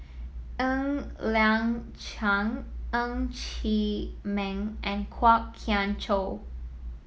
Ng Liang Chiang Ng Chee Meng and Kwok Kian Chow